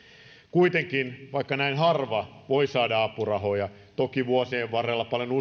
kuitenkin vaikka näin harva voi saada apurahoja toki vuosien varrella paljon useampi